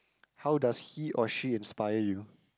how does he or she inspire you